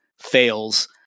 fails